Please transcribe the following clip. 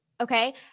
Okay